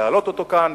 להעלות אותו כאן.